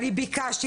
אני ביקשתי,